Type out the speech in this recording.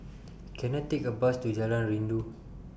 Can I Take A Bus to Jalan Rindu